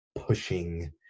pushing